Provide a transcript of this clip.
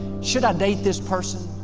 should i date this person?